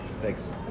Thanks